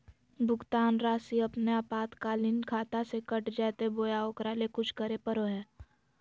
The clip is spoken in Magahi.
भुक्तान रासि अपने आपातकालीन खाता से कट जैतैय बोया ओकरा ले कुछ करे परो है?